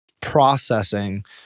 processing